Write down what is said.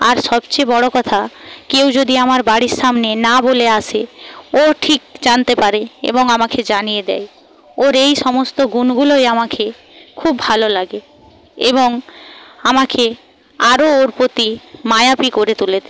আর সবচেয়ে বড়ো কথা কেউ যদি আমার বাড়ির সামনে না বলে আসে ও ঠিক জানতে পারে এবং আমাকে জানিয়ে দেই ওর এই সমস্ত গুণগুলোই আমাকে খুব ভালো লাগে এবং আমাকে আরো ওর প্রতি মায়াবী করে তোলে